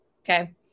Okay